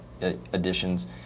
additions